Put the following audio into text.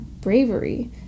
bravery